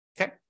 Okay